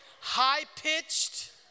high-pitched